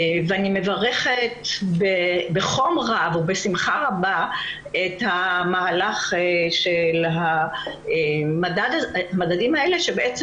אני מברכת בחום רב ובשמחה רבה את המהלך של המדדים האלה שבעצם